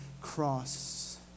cross